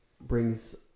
brings